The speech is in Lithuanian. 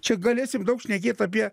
čia galėsim daug šnekėt apie